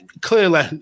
clearly